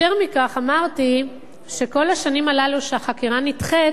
יותר מכך, אמרתי שכל השנים הללו שהחקירה נדחית